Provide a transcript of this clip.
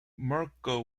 merkel